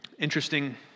interesting